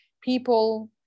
people